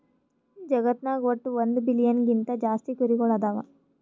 ಜಗತ್ನಾಗ್ ವಟ್ಟ್ ಒಂದ್ ಬಿಲಿಯನ್ ಗಿಂತಾ ಜಾಸ್ತಿ ಕುರಿಗೊಳ್ ಅದಾವ್